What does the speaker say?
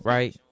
Right